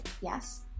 yes